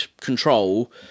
control